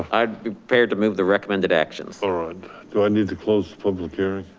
ah i'd prepared to move the recommended actions. alright, do i need to close public hearing?